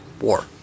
War